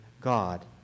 God